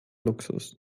luxus